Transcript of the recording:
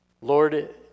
Lord